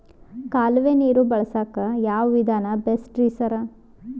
ಕಾಲುವೆ ನೀರು ಬಳಸಕ್ಕ್ ಯಾವ್ ವಿಧಾನ ಬೆಸ್ಟ್ ರಿ ಸರ್?